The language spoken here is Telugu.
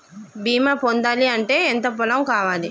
బీమా పొందాలి అంటే ఎంత పొలం కావాలి?